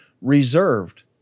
reserved